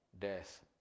death